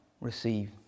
receive